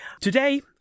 Today